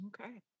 Okay